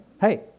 Hey